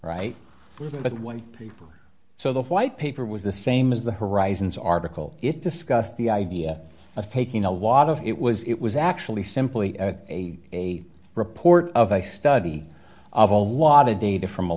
people so the white paper was the same as the horizons article it discussed the idea of taking a lot of it was it was actually simply a a report of a study of a lot of data from a